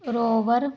rover